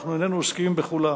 אנחנו איננו עוסקים בכולה.